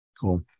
Cool